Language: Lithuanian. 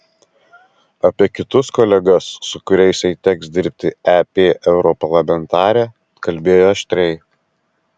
apie kitus kolegas su kuriais jai teks dirbti ep europarlamentarė kalbėjo aštriai